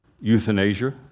euthanasia